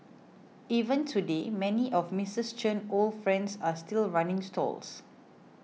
even today many of Missus Chen old friends are still running stalls